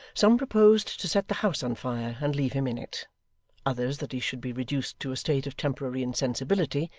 some proposed to set the house on fire and leave him in it others, that he should be reduced to a state of temporary insensibility,